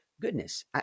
goodness